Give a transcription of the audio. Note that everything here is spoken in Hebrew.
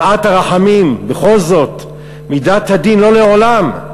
שעת הרחמים, בכל זאת מידת הדין לא לעולם.